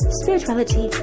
spirituality